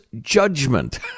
judgment